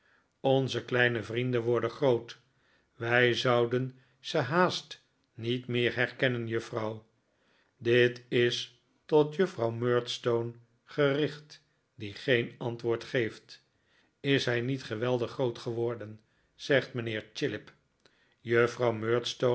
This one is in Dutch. onze kleine vrienden worden groot wij zouden ze haast niet meer herkennen juffrouw dit is tot juffrouw murdstone gericht die geen antwoord geeft is hij niet geweldig groot geworden zegt mijnheer chillip juffrouw